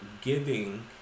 giving